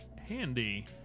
handy